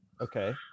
Okay